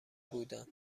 بودند